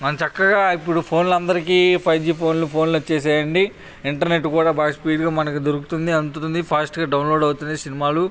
చక్కగా ఇప్పుడు ఫోన్లో అందరికి ఫైవ్ జీ ఫోన్లు ఫోన్లు వచ్చేసాయండి ఇంటర్నెట్ కూడా బాగా స్పీడ్గా మనకు దొరుకుతుంది అందుతుంది ఫాస్ట్గా డౌన్లోడ్ అవుతుంది సినిమాలు